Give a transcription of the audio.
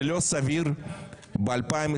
זה לא סביר ב-2023,